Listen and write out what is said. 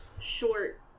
short